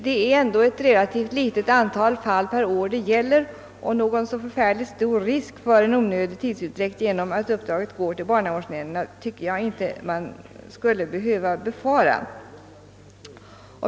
Det gäller ändå ett relativt litet antal fall per år, och någon särskilt stor risk för en onödig tidsutdräkt genom att uppdraget går till barnavårdsnämnderna tycker jag inte att man skall behöva befara.